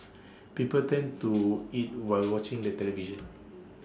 people tend to over eat while watching the television